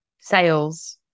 sales